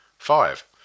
Five